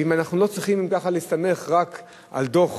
ואם אנחנו לא צריכים ככה להסתמך רק על דוח